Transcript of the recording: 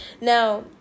Now